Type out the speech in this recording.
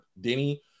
Denny